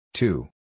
Two